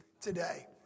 today